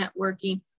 networking